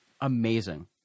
amazing